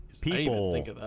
people